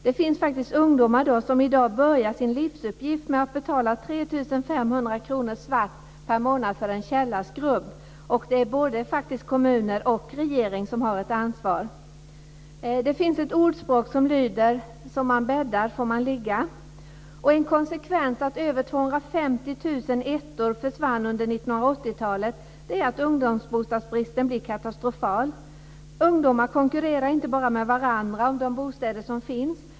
Det finns faktiskt ungdomar som i dag börjar sin livsuppgift med att betala 3 500 kr svart per månad för en källarskrubb. Det är faktiskt både kommunerna och regeringen som har ett ansvar. Det finns ett ordspråk som lyder: som man bäddar får man ligga. En konsekvens av att över 250 000 ettor försvann under 1980-talet är att ungdomsbostadsbristen har blivit katastrofal. Ungdomarna konkurrerar inte bara med varandra om de bostäder som finns.